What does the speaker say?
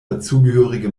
dazugehörige